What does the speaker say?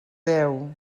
deu